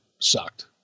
sucked